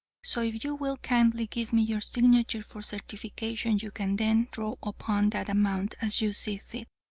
so if you will kindly give me your signature for certification, you can then draw upon that amount as you see fit.